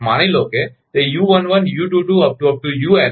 માની લો કે તે u11 u22